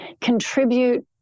contribute